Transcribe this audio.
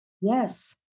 Yes